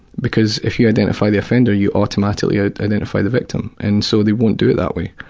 because if you identify the offender, you automatically ah identify the victim. and so they won't do it that way.